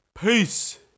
Peace